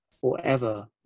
forever